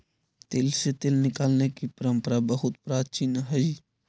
तिल से तेल निकालने की परंपरा बहुत प्राचीन हई